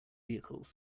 vehicles